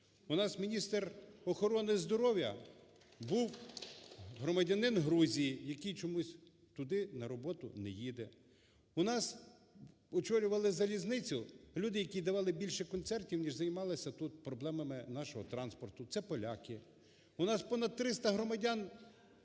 у нас міністр охорони здоров'я був громадянин Грузії, який чомусь туди на роботу не їде, у нас очолювали залізницю люди, які давали більше концертів, ніж займалися тут проблемами нашого транспорту, це поляки,